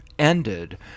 ended